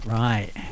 right